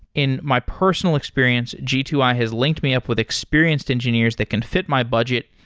in my personal experience, g two i has linked me up with experienced engineers that can fit my budget,